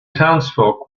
townsfolk